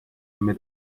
değil